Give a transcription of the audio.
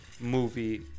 movie